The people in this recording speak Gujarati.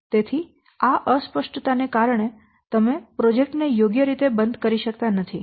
તેથી આ અસ્પષ્ટતા ને કારણે તમે પ્રોજેક્ટ ને યોગ્ય રીતે બંધ કરી શકતા નથી